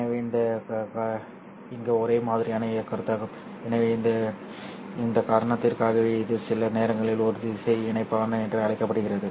எனவே இது இங்கே ஒரே மாதிரியான கருத்தாகும் எனவே இந்த காரணத்திற்காக இது சில நேரங்களில் ஒரு திசை இணைப்பான் என்று அழைக்கப்படுகிறது